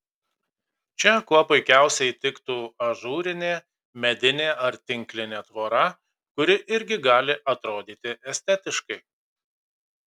čia kuo puikiausiai tiktų ažūrinė medinė ar tinklinė tvora kuri irgi gali atrodyti estetiškai